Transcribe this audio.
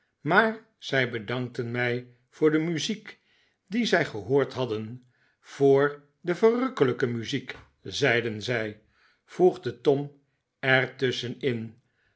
maar zij bedankten mij voor de muziek die zij gehoord hadden voor de verrukkelijke muziek zeiden zij voegde tom er tusschen